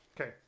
Okay